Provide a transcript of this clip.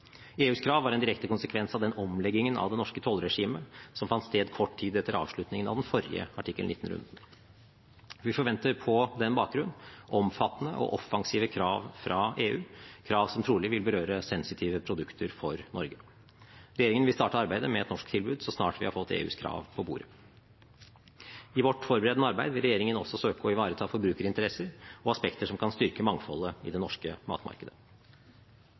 EUs krav var en direkte konsekvens av den omleggingen av det norske tollregimet som fant sted kort tid etter avslutningen av den forrige artikkel 19-runden. Vi forventer på den bakgrunn omfattende og offensive krav fra EU, krav som trolig vil berøre sensitive produkter for Norge. Regjeringen vil starte arbeidet med et norsk tilbud så snart vi har fått EUs krav på bordet. I sitt forberedende arbeid vil regjeringen også søke å ivareta forbrukerinteresser og aspekter som kan styrke mangfoldet i det norske matmarkedet.